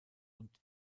und